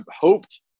hoped